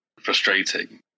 frustrating